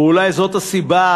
ואולי זו הסיבה,